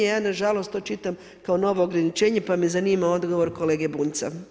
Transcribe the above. Ja nažalost to čitam kao novo ograničenje pa me zanima odgovor kolege Bunjca.